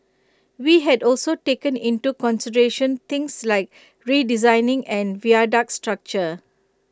we had also taken into consideration things like redesigning and viaduct structure